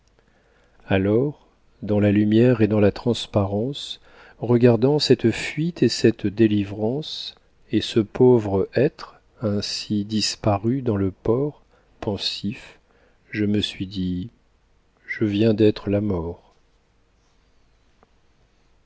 alors dans la lumière et dans la transparence regardant cette faite et cette délivrance et ce pauvre être ainsi disparu dans le port pensif je me suis dit je viens d'être la mort